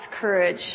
courage